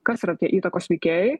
kas yra tie įtakos veikėjai